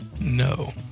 No